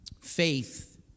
faith